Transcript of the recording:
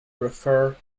refer